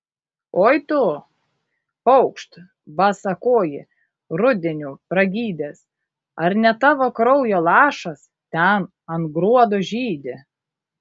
oi tu paukšt basakoji rudeniu pragydęs ar ne tavo kraujo lašas ten ant gruodo žydi